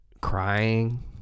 crying